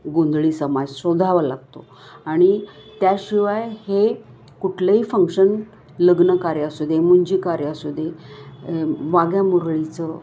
गोंधळी समाज शोधावा लागतो आणि त्याशिवाय हे कुठलंही फंक्शन लग्नकार्य असू दे मुंजीकार्य असू दे वाघ्या मुरळीचं